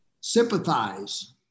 sympathize